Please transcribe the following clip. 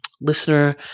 listener